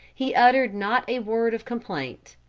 he uttered not a word of complaint.